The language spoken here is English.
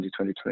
2020